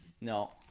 No